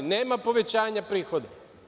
Nema povećanja prihoda.